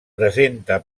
presenta